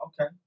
Okay